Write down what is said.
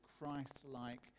Christ-like